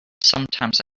sometimes